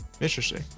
Interesting